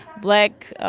black,